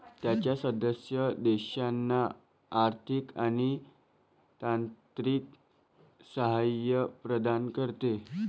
त्याच्या सदस्य देशांना आर्थिक आणि तांत्रिक सहाय्य प्रदान करते